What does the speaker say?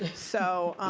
so,